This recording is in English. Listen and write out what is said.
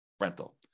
rental